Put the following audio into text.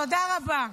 תודה רבה.